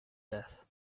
death